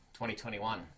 2021